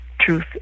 truth